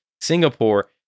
Singapore